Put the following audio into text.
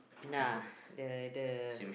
nah the the